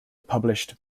published